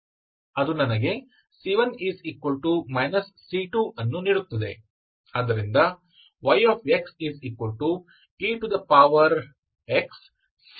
ಅದು ನನಗೆ c1 c2 ಅನ್ನು ನೀಡುತ್ತದೆ